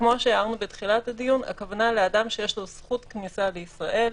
כפי שהערנו בתחילת הדיון - הכוונה לאדם שיש לו זכות כניסה לישראל,